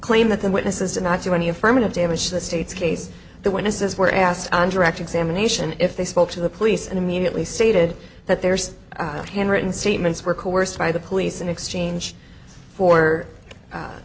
claim that the witnesses did not show any affirmative damage the state's case the witnesses were asked on direct examination if they spoke to the police and immediately stated that there's handwritten statements were coerced by the police in exchange for